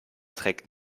trägt